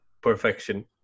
perfection